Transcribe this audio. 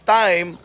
time